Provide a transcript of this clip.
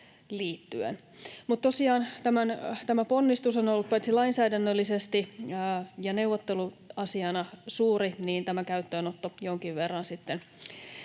liittyen. Tosiaan tämä ponnistus on ollut paitsi lainsäädännöllisesti ja neuvotteluasiana suuri, ja tämä käyttöönotto jonkin verran